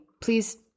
Please